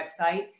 website